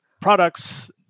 products